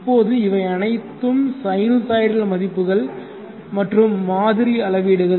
இப்போது இவை அனைத்தும் சைனூசாய்டல் மதிப்புகள் மற்றும் மாதிரி அளவீடுகள்